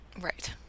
Right